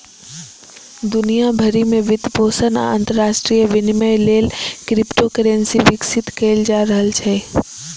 दुनिया भरि मे वित्तपोषण आ अंतरराष्ट्रीय विनिमय लेल क्रिप्टोकरेंसी विकसित कैल जा रहल छै